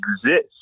exist